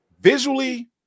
visually